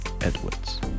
Edwards